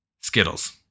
Skittles